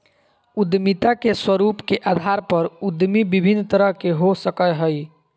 उद्यमिता के स्वरूप के अधार पर उद्यमी विभिन्न तरह के हो सकय हइ